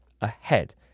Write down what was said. ahead